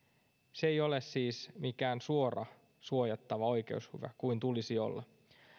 se ei ole siis mikään suora suojattava oikeushyvä kuten tulisi olla